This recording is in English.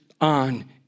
on